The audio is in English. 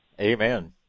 Amen